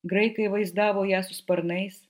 graikai vaizdavo ją su sparnais